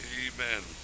amen